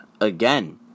again